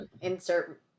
Insert